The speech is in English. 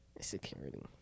security